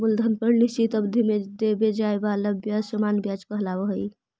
मूलधन पर निश्चित अवधि में देवे जाए वाला ब्याज सामान्य व्याज कहलावऽ हई